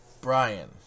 Brian